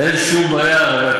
אין שום בעיה.